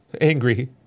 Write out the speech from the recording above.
angry